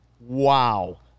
Wow